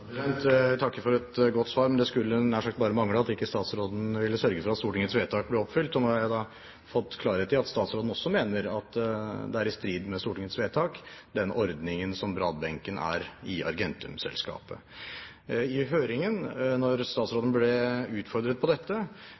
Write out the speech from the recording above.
Jeg takker for et godt svar, men det skulle nær sagt bare mangle at ikke statsråden ville sørge for at Stortingets vedtak ble oppfylt, og nå har jeg fått klarhet i at statsråden også mener at den ordningen som Bradbenken er i Argentum-selskapet, er i strid med Stortingets vedtak. I høringen da statsråden ble utfordret på dette,